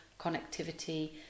connectivity